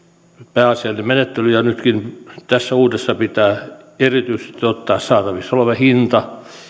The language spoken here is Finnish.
pääasiallinen menettely ja nytkin tässä uudessa pitää erityisesti ottaa saatavissa oleva hinta